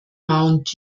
mount